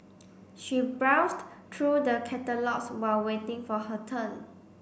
she browsed through the catalogues while waiting for her turn